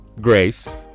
Grace